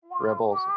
Rebels